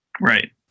Right